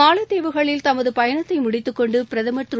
மாலத்தீவுகளில் தமது பயணத்தை முடித்துக்கொண்டு பிரதமா் திரு